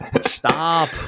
stop